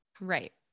Right